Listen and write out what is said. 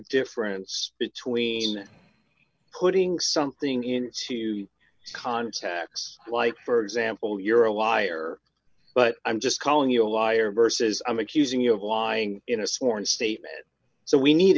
difference between putting something into contacts like for example you're a liar but i'm just calling you a liar versus i'm accusing you of lying in a sworn statement so we need